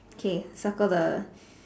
K circle the